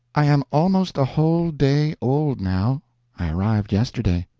i am almost a whole day old, now. i arrived yesterday.